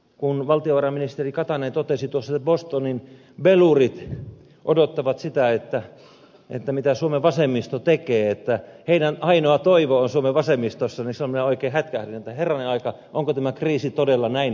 kun valtiovarainministeri katainen totesi tuossa että bostonin pelurit odottavat sitä mitä suomen vasemmisto tekee että heidän ainoa toivonsa on suomen vasemmistossa niin silloin minä oikein hätkähdin että herranen aika onko tämä kriisi todella näin syvä